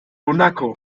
monaco